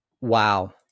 Wow